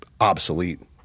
obsolete